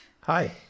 Hi